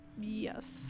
Yes